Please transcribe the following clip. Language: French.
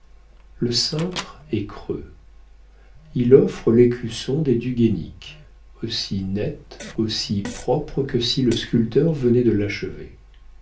le cintre est creux il offre l'écusson des du guaisnic aussi net aussi propre que si le sculpteur venait de l'achever